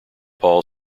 paul